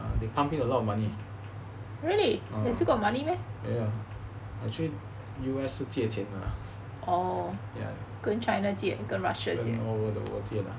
they pumping a lot of money have actually err U_S 是借钱的 lah 跟 all over the world 借 lah